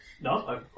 No